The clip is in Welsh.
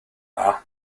dda